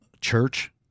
church